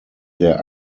der